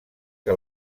que